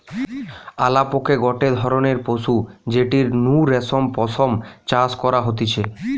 আলাপকে গটে ধরণের পশু যেটির নু রেশম পশম চাষ করা হতিছে